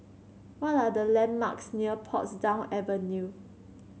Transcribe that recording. what are the landmarks near Portsdown Avenue